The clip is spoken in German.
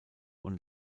und